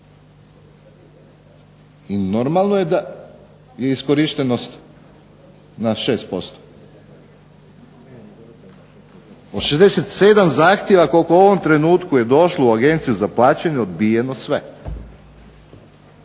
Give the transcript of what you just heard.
I normalno je da je iskorištenost na 6%. Od 67 zahtjeva koliko u ovom trenutku je došlo u Agenciju za plaćanje odbijeno je